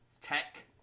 tech